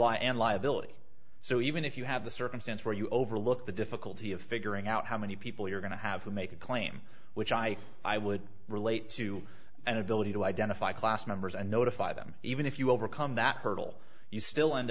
law and liability so even if you have the circumstance where you overlook the difficulty of figuring out how many people you're going to have to make a claim which i i would relate to and ability to identify class members and notify them even if you overcome that hurdle you still end